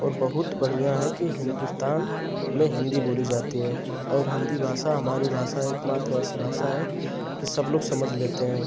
और बहुत बढ़ियाँ है कि हिन्दुस्तान में हिन्दी बोली जाती है और हिन्दी भाषा हमारी भाषा एकमात्र ऐसी भाषा है कि सब लोग समझ लेते हैं